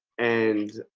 and